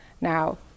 Now